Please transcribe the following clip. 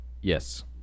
Yes